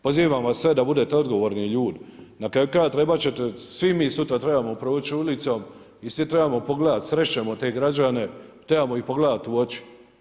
Pozivam vas sve da budete odgovorni ljudi, na kraju krajeva svi mi sutra trebamo proći ulicom i svi trebamo pogledati, srest ćemo te građane, trebamo ih pogledati u oči.